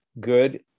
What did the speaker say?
good